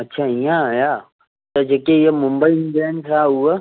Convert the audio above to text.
अच्छा ईअं आया त जेकी इहा मुंबई इंडियंस आहे उहा